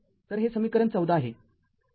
तर हे समीकरण १४ आहे